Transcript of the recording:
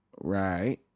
right